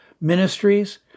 Ministries